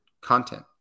content